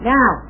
Now